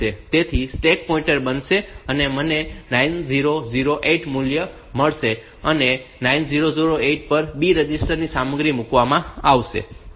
તેથી stack pointer બનશે અને મને 998 મૂલ્ય મળશે અને 998 પર B રજિસ્ટર સામગ્રી મૂકવામાં આવશે